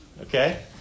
Okay